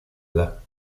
edad